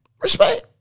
respect